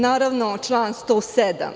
Naravno, član 107.